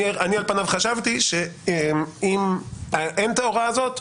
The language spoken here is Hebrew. על פניו חשבתי שאם אין את ההוראה הזאת,